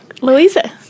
Louisa